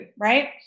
right